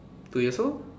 two years old